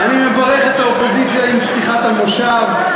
אני מברך את האופוזיציה עם פתיחת המושב.